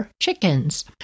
chickens